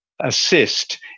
assist